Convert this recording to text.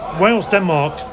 Wales-Denmark